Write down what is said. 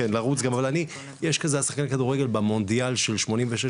אבל יש שחקן כדורגל במונדיאל של שנת 1986,